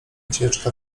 ucieczka